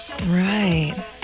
right